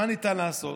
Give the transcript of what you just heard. מה ניתן לעשות?